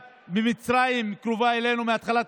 במצרים, שקרובה אלינו, מתחילת